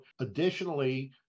additionally